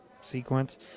sequence